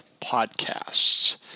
podcasts